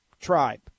Tribe